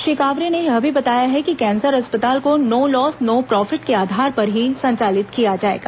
श्री कावरे ने यह भी बताया कि कैंसर अस्पताल को नो लॉस नो प्रॉफिट के आधार पर ही संचालित किया जाएगा